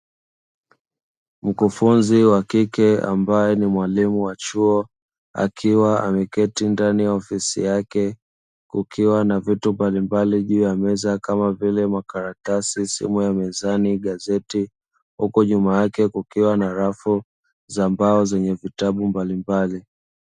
Mkufunzi wa kike ambaye ni mwalimu wa chuo akiwa ameketi ndani ya ofisi yake, kukiwa na vitu mbalimbali juu ya meza kama vile: makaratasi, simu ya mezani, gazeti. Huku nyuma yake kukiwa na rafu za mbao zenye vitabu mbalimbali.